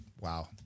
Wow